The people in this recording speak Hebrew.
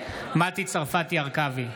מטי צרפתי הרכבי,